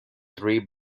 three